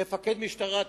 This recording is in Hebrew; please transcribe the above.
מפקד משטרה,